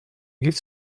gift